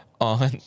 on